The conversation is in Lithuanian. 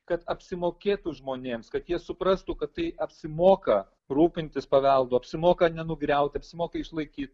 kad apsimokėtų žmonėms kad jie suprastų kad tai apsimoka rūpintis paveldu apsimoka nenugriauti apsimoka išlaikyt